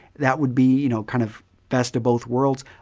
that would be you know kind of best of both worlds.